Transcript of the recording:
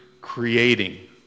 creating